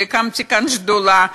והקמתי כאן שדולה.